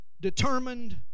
determined